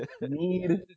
need